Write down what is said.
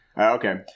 Okay